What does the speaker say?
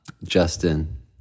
Justin